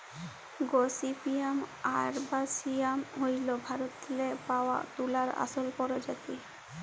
gossypium arboreum হ্যইল ভারতেল্লে পাউয়া তুলার আসল পরজাতি